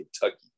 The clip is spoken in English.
Kentucky